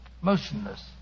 motionless